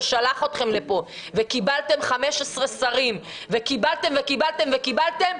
ששלח אתכם לפה וקיבלתם 15 שרים וקיבלתם וקיבלתם וקיבלתם,